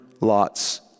Lot's